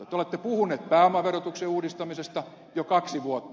te olette puhuneet pääomaverotuksen uudistamisesta jo kaksi vuotta